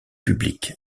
publique